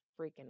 freaking